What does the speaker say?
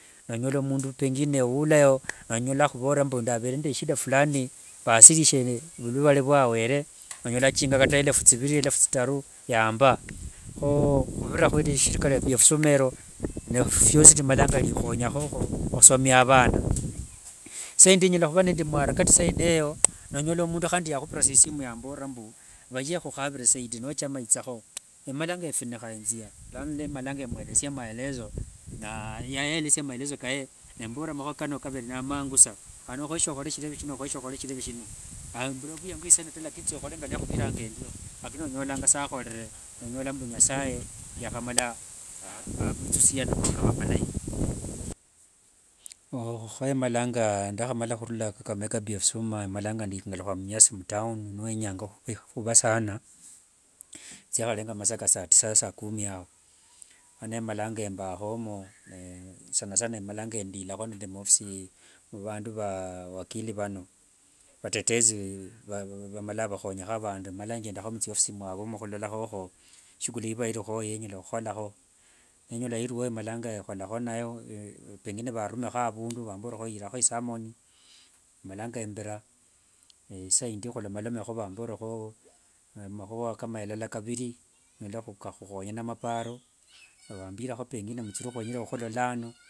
Nonyola mundu pengine wulayo nonyola akhuvorere mbu, ndavere nende ishida fulani vasirishie vulwale vwawere nonyola achinga elefu thiviri nomba ata elefu thitaru yamba. Kho khuvurira lishirika liefu lia, likhonyakhokho khusomia avana. isaindi nyalakhuva mwarakati yeneyo, nonyola sa khandi mundu yakhupira isimu namborera mbu, vaye khukhavire saidi nochama ithakho. Emalanga funiikha thia. Lano malanga mweresia maelezo, nayeresia maelezo kae, nemborera makhua kano, nemangusa. Mana okhoere okhole shireve shino okhoereshe okhole shireve shino. Mbula vwiyango lakini thiokhole ngalakhwiviranga endio. Lakini onyola sa akholere nonyola nasaye yakhamala. Khomalanga ndakharura kakamega ndie vusuma malanga ngalukha mumias mtown, niwenyanga khuva sana. Thiakhalenga masaa ka sa tisa saa kumi ao, mala embekhomo, malanga ndilakho muthiofisi muvandu vakili vano, vatetezi malanga vakhonyakho vandu. Mala njendakho muthiofisi mwavuomo khulolakho shughuli ivakhomo yenyala khukholakho. Ninyola iliwo, malanga kholakho inayo. Pengine varume avundu vambore irakho isummon. Malanga ira, isaindi khulomelomekho vambore makhua kama lala kaviri, lolekho nga khukhonyana maparo, nivambira muthuli khwenya khukhulolano.